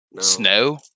Snow